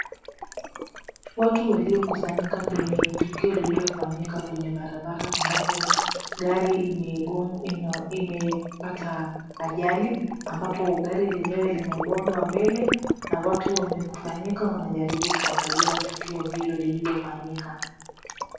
Watu waliokusanyika kwenye tukio lililofanyika kwenye barabara ambapo gari imepata ajali ambapo gari lenyewe limebondwa mbele na watu wamekusanyika wanajaribu kuangalia tukio hilo lililofanyika.